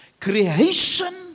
creation